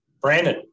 Brandon